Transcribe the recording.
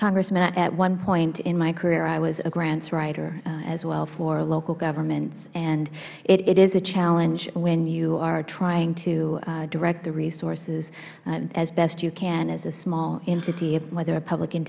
congressman at one point in my career i was a grants writer as well for local governments it is a challenge when you are trying to direct the resources as best you can as a small entity whether a public